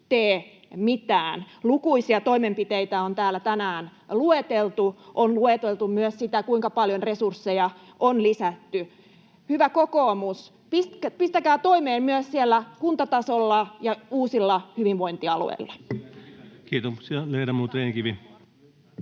tee mitään. Lukuisia toimenpiteitä on täällä tänään lueteltu. On lueteltu myös sitä, kuinka paljon resursseja on lisätty. Hyvä kokoomus, pistäkää toimeen myös siellä kuntatasolla ja uusilla hyvinvointialueilla. [Speech 40] Speaker: